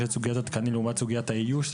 לסוגיית התקנים לעומת סוגיית האיוש,